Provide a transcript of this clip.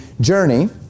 journey